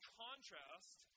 contrast